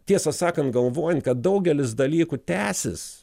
tiesą sakant galvojant kad daugelis dalykų tęsis